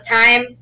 time